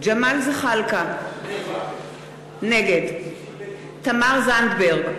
ג'מאל זחאלקה, נגד תמר זנדברג,